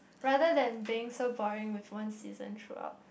rather than being so boring with one season throughout